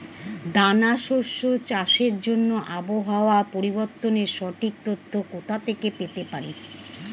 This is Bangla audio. দানা শস্য চাষের জন্য আবহাওয়া পরিবর্তনের সঠিক তথ্য কোথা থেকে পেতে পারি?